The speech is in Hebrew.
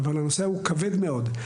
אבל הנושא כבד מאוד.